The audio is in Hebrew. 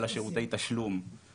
אלא שירותי תשלום.